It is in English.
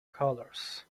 colours